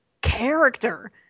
character